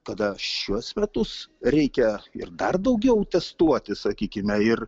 kada šiuos metus reikia ir dar daugiau testuoti sakykime ir